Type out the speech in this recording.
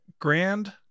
Grand